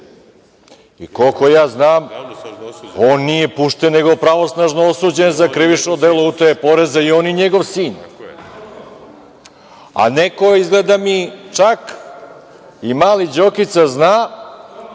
i koliko znam, nije pušten, nego pravosnažno osuđen za krivično delo utaje poreza. I on i njegov sin. Neko izgled mi, čak i mali Đokica zna,